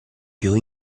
più